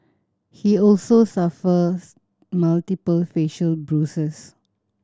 he also suffers multiple facial bruises